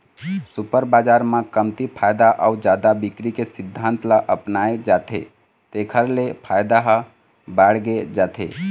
super बजार म कमती फायदा अउ जादा बिक्री के सिद्धांत ल अपनाए जाथे तेखर ले फायदा ह बाड़गे जाथे